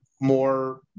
more